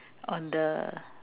on the